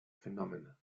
phenomena